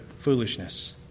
foolishness